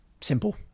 Simple